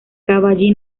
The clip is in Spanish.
cavalli